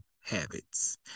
habits